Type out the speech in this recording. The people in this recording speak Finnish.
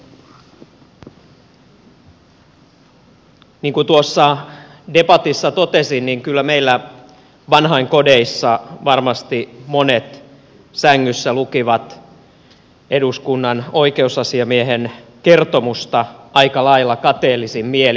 niin kuin tuossa debatissa totesin niin kyllä meillä vanhainkodeissa varmasti monet sängyssä lukivat eduskunnan oikeusasiamiehen kertomusta aika lailla kateellisin mielin